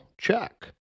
check